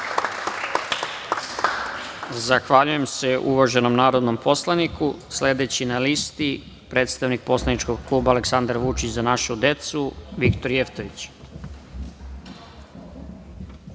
Zahvaljujem se uvaženom narodnom poslaniku. Sledeći na listi predstavnik poslaničkog kluba Aleksandar Vučić – Za našu decu, Viktor Jevtović.